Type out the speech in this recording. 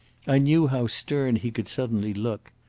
i knew how stern he could suddenly look.